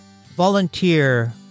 volunteer